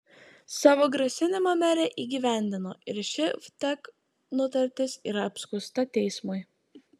savo grasinimą merė įgyvendino ir ši vtek nutartis yra apskųsta teismui